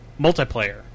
multiplayer